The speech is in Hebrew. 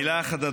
מילה אחת,